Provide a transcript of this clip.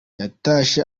yatashye